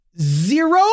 zero